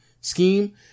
scheme